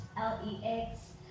L-E-X